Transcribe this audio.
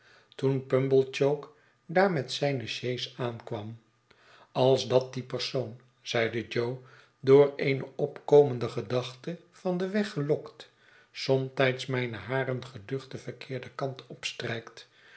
toen pumblechook daar met zijne sjees aankwam als dat diepersoon zeide jo door eene opkomende gedachte van den weg gelokt somtijds mijne haren geducht den verkeerden kant opstrijkt